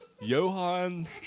Johan